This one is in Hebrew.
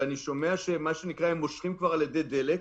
ואני שומע שהם מושכים כבר על אדי דלק,